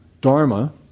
Dharma